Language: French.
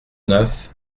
neuf